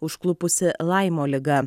užklupusi laimo liga